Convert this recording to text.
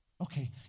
Okay